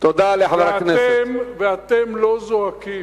אני חושב שאתם תסכימו,